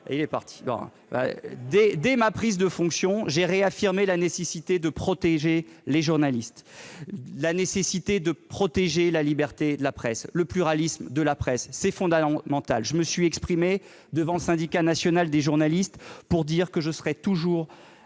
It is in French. inadmissibles. Dès ma prise de fonctions, j'ai réaffirmé la nécessité de protéger les journalistes, ainsi que la liberté et le pluralisme de la presse ; c'est fondamental. Je me suis exprimé devant le Syndicat national des journalistes, pour dire que je serai toujours